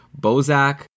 Bozak